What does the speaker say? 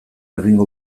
egingo